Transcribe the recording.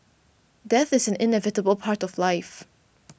death is an inevitable part of life